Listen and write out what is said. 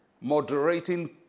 moderating